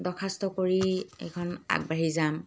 দখাস্ত কৰি এইখন আগবাঢ়ি যাম